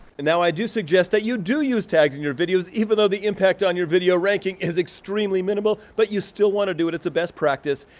and now i do suggest that you do use tags in your videos even though the impact on your video ranking is extremely minimal, but you still wanna do it, it's a best practice.